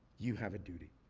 you have a duty.